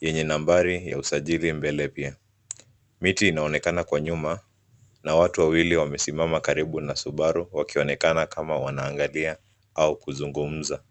yenye nambari ya usajili mbele pia. Miti inaonekana kwa nyuma na watu wawili wamesimama karibu na Subaru wakionekana kama wanaangalia au kuzungumza.